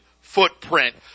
footprint